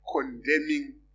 condemning